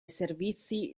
servizi